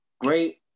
great